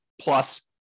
plus